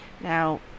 Now